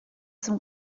zum